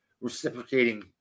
reciprocating